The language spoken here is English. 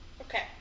Okay